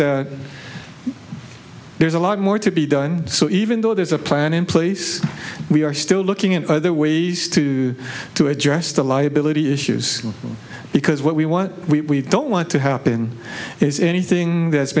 that there's a lot more to be done so even though there's a plan in place we are still looking at other ways to to address the liability issues because what we what we don't want to happen is anything that's